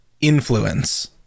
influence